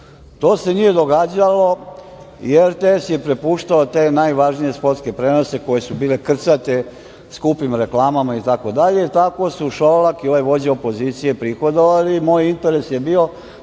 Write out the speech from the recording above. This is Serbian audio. To se nije događalo i RTS je prepuštao te najvažnije sportske prenose koji su bili krcati skupim reklamama itd. i tako su Šolak i ovaj vođa opozicije prihodovali. Moj interes je bio